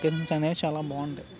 అనేవి చాలా బాగుంటాయి